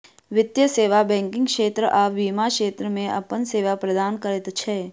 वित्तीय सेवा बैंकिग क्षेत्र आ बीमा क्षेत्र मे अपन सेवा प्रदान करैत छै